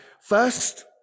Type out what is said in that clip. First